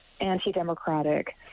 anti-democratic